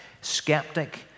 skeptic